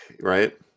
right